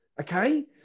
Okay